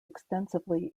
extensively